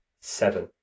Seven